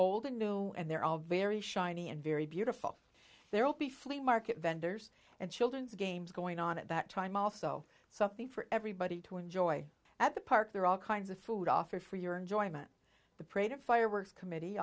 and new and they're all very shiny and very beautiful there will be flea market vendors and children's games going on at that time also something for everybody to enjoy at the park there are all kinds of food offered for your enjoyment the prater fireworks committee